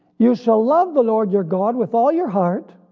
you shall love the lord your god with all your heart,